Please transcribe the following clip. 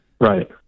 Right